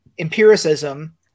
empiricism